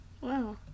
Wow